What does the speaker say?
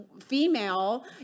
female